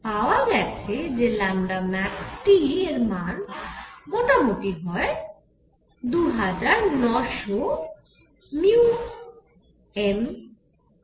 পাওয়া গেছে যে maxT এর মান মোটামুটি হয় 2900 μmK